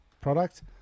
product